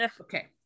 Okay